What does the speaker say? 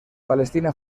palestina